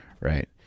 right